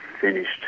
finished